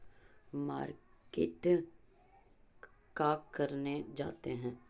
Market का करने जाते हैं?